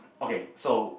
okay so